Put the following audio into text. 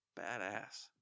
Badass